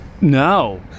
No